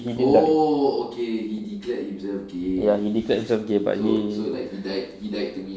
he didn't die ya he declared himself gay but he